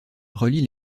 relie